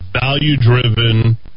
value-driven